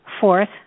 Fourth